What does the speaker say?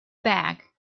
bag